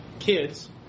kids